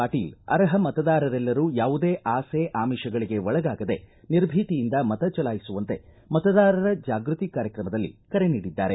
ಪಾಟೀಲ ಅರ್ಹ ಮತದಾರರೆಲ್ಲರೂ ಯಾವುದೇ ಆಸೆ ಆಮಿಷಗಳಿಗೆ ಒಳಗಾಗದೇ ನಿರ್ಭೀತಿಯಿಂದ ಮತ ಚಲಾಯಿಸುವಂತೆ ಮತದಾರರ ಜಾಗೃತಿ ಕಾರ್ಯಕ್ರಮದಲ್ಲಿ ಕರೆ ನೀಡಿದ್ದಾರೆ